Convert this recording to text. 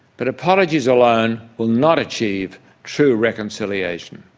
but apologies alone will not achieve true reconciliation,